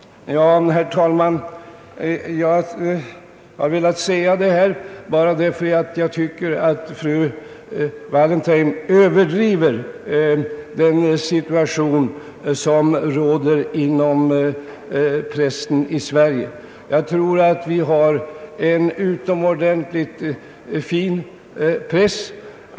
Herr talman! Jag har velat säga detta därför att jag tycker att fru Wallentheim överdriver den situation som råder inom pressen i Sverige. Jag tror att vi har en utomordentligt fin press.